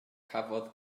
cafodd